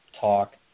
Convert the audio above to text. talk